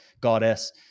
goddess